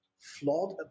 flawed